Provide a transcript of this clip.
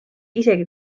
isegi